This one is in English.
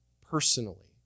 personally